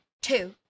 Two